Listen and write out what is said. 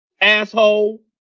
Asshole